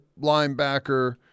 linebacker